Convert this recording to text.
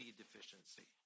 deficiency